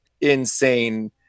insane